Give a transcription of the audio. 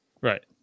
Right